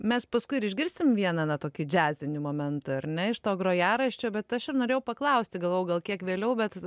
mes paskui ir išgirsim vieną na tokį džiazinį momentą ar ne iš to grojaraščio bet aš ir norėjau paklausti galvojau gal kiek vėliau bet